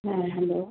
হ্যাঁ হ্যাঁ